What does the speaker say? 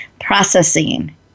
processing